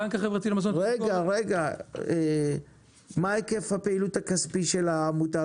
רגע, מה היקף הפעילות הכספית של העמותה?